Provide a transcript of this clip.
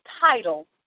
title